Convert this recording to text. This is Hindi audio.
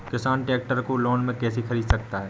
किसान ट्रैक्टर को लोन में कैसे ख़रीद सकता है?